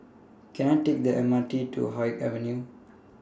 Can I Take The M R T to Haig Avenue